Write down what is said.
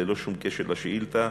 ללא שום קשר לשאילתה,